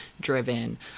driven